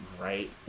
right